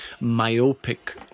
myopic